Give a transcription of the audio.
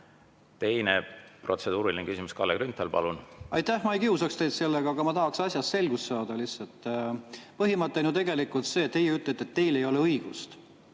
Teine protseduuriline küsimus, Kalle Grünthal, palun! Aitäh! Ma ei kiusaks teid sellega, aga ma lihtsalt tahaks asjas selgust saada. Põhimõte on ju tegelikult see. Teie ütlete, et teil ei ole õigust.